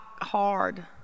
hard